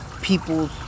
People